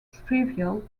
trivial